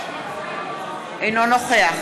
אינו נוכח